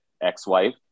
Ex-wife